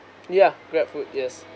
yeah grab food yes